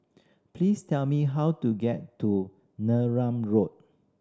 please tell me how to get to Neram Road